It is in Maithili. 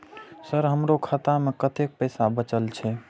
सर हमरो खाता में कतेक पैसा बचल छे?